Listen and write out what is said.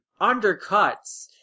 undercuts